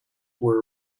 were